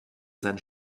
sein